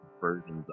versions